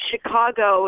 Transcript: Chicago